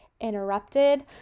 interrupted